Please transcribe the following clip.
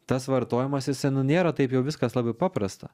tas vartojamas jisai nu nėra taip jau viskas labai paprasta